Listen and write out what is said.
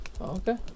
Okay